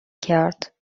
کرد